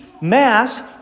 Mass